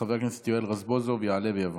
חבר הכנסת יואל רזבוזוב יעלה ויבוא.